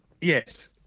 Yes